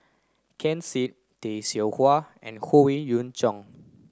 Ken Seet Tay Seow Huah and Howe Yoon Chong